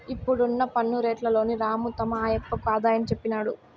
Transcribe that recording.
ఇప్పుడున్న పన్ను రేట్లలోని రాము తమ ఆయప్పకు ఆదాయాన్ని చెప్పినాడు